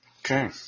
Okay